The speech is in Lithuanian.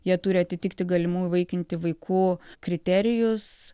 jie turi atitikti galimų įvaikinti vaikų kriterijus